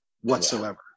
whatsoever